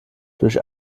durch